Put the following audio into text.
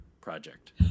project